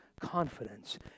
confidence